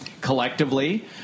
collectively